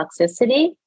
toxicity